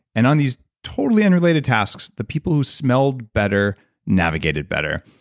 and on these totally unrelated tasks, the people who smelled better navigated better,